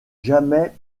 jamais